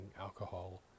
alcohol